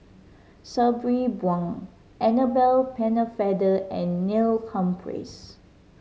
Sabri Buang Annabel Pennefather and Neil Humphreys